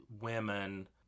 women